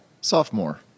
Sophomore